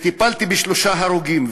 טיפלתי בשלושה הרוגים,